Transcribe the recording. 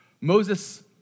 Moses